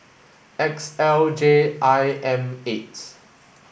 X L J I M eight